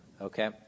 okay